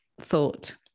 thought